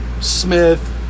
Smith